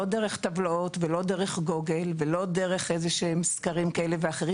לא דרך טבלאות ולא דרך גוגל ולא דרך איזה שהם סקרים כאלה ואחרים.